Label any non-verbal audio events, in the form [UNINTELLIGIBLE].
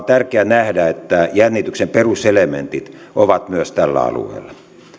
[UNINTELLIGIBLE] tärkeää nähdä että jännityksen peruselementit ovat myös tällä alueella